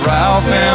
Ralph